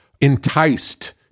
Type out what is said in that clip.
enticed